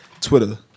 Twitter